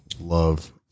love